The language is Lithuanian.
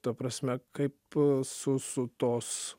ta prasme kaip su su tos